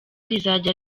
rizajya